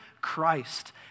Christ